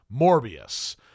Morbius